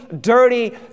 dirty